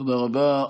תודה רבה.